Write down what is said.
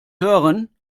hören